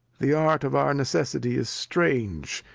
the art of our necessity is strange,